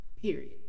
period